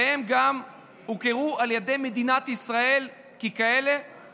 והם גם הוכרו על ידי מדינת ישראל ככאלה,